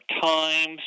Times